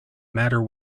matter